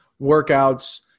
workouts